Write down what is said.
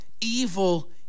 evil